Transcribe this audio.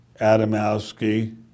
Adamowski